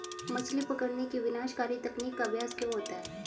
मछली पकड़ने की विनाशकारी तकनीक का अभ्यास क्यों होता है?